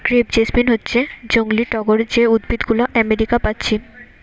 crepe jasmine হচ্ছে জংলি টগর যে উদ্ভিদ গুলো আমেরিকা পাচ্ছি